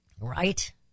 Right